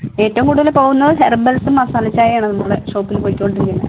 ഏറ്റവും കൂടുതൽ പോവുന്നത് ഹെർബൽസും മസാല ചായയുമാണ് നമ്മുടെ ഷോപ്പിൽ പോയിക്കോണ്ടിരിക്കുന്നത്